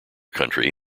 country